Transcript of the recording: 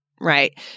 right